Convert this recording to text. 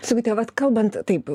sigute vat kalbant taip